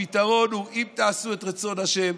הפתרון הוא: אם תעשו את רצון ה',